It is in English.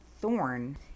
thorn